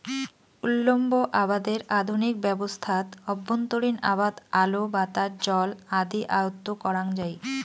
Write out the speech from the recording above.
উল্লম্ব আবাদের আধুনিক ব্যবস্থাত অভ্যন্তরীণ আবাদ আলো, বাতাস, জল আদি আয়ত্ব করাং যাই